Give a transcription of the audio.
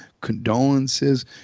condolences